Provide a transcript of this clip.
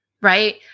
right